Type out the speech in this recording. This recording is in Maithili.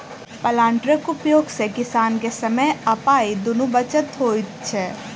प्लांटरक उपयोग सॅ किसान के समय आ पाइ दुनूक बचत होइत छै